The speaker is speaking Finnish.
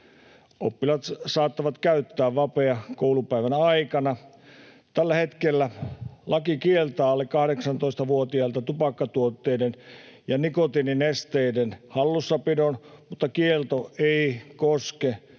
Oppilaat saattavat käyttää vapea koulupäivän aikana. Tällä hetkellä laki kieltää alle 18-vuotiailta tupakkatuotteiden ja nikotiininesteiden hallussapidon, mutta kielto ei koske